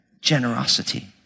generosity